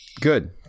Good